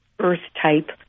Earth-type